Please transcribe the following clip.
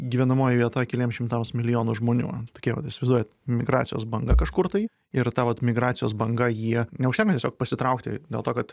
gyvenamoji vieta keliems šimtams milijonų žmonių tokie vat įsivaizduojat migracijos banga kažkur tai ir ta vat migracijos banga jie neužtenka tiesiog pasitraukti dėl to kad